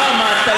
לא עמדת,